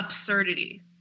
absurdity